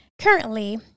Currently